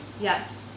Yes